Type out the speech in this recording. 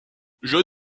john